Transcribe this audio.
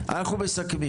תודה רבה, אנחנו מסכמים.